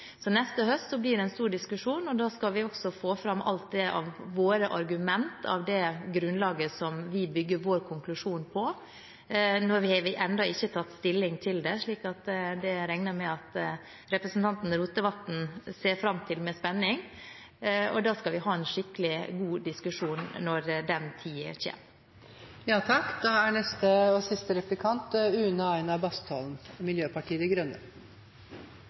Så neste høst blir det en stor diskusjon, og da skal vi også få fram alle våre argument for det grunnlaget som vi bygger vår konklusjon på. Nå har vi ennå ikke tatt stilling til det, slik at det regner jeg med at representanten Rotevatn ser fram til med spenning. Så skal vi ha en skikkelig god diskusjon når den tid kommer. Når det gjelder de veterinærene som statsråden viser til, og som muligens støtter denne driftsformen, som er ute på farmene og